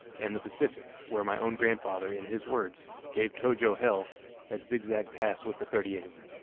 and the pacific, where my own grandfather in his words gave tojo hell at zig zag pass with the thirty eighth.